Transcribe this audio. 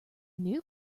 new